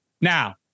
Now